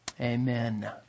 Amen